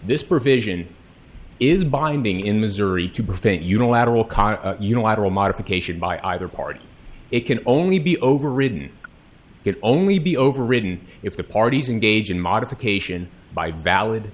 this provision is binding in missouri to prevent unilateral con unilateral modification by either party it can only be overridden could only be overridden if the parties in gauging modification by valid